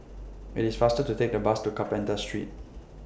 IT IS faster to Take The Bus to Carpenter Street